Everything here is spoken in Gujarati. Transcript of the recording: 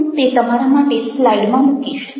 હું તે તમારા માટે સ્લાઈડમાં મુકીશ